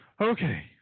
Okay